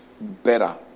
better